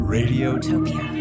Radiotopia